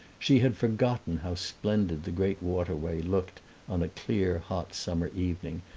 she had forgotten how splendid the great waterway looked on a clear, hot summer evening,